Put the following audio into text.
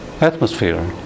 atmosphere